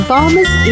Farmers